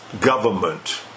government